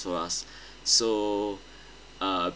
for us so uh